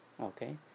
okay